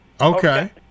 Okay